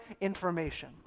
information